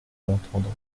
l’entendre